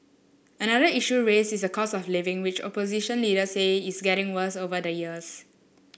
another issue raised is the cost of living which opposition leaders say is getting worse over the years